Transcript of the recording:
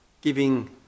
giving